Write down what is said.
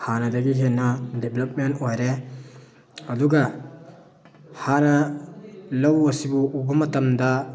ꯍꯥꯟꯅꯗꯒꯤ ꯍꯦꯟꯅ ꯗꯦꯕꯂꯞꯃꯦꯟ ꯑꯣꯏꯔꯦ ꯑꯗꯨꯒ ꯍꯥꯟꯅ ꯂꯧ ꯑꯁꯤꯕꯨ ꯎꯕ ꯃꯇꯃꯗ